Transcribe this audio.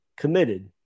committed